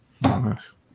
Nice